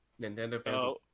Nintendo